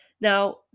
Now